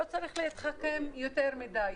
לא צריך להתחכם יותר מדי.